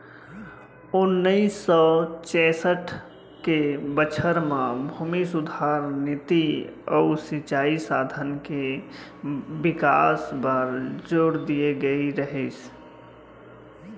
ओन्नाइस सौ चैंसठ के बछर म भूमि सुधार नीति अउ सिंचई साधन के बिकास बर जोर दिए गए रहिस